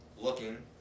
looking